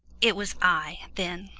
it was i, then,